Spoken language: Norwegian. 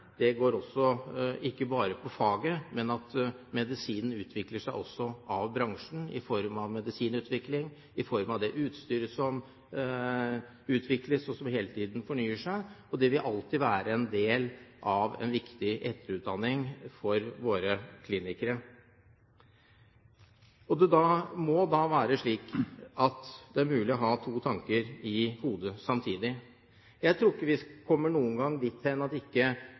ikke bare går på faget, men medisinen utvikles av bransjen i form av medisinutvikling, i form av det utstyret som utvikles, og som hele tiden fornyer seg. Det vil alltid være en del av en viktig etterutdanning for våre klinikere. Det må da være slik at det er mulig å ha to tanker i hodet samtidig. Jeg tror ikke vi noen gang kommer dit hen at bransjen, enten det gjelder medisiner eller utstyr, ikke